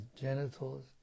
genitals